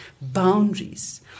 boundaries